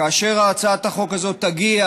כאשר הצעת החוק הזאת תגיע